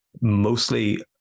mostly